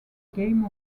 game